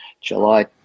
july